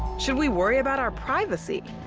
should we worry about our privacy?